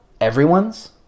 Everyone's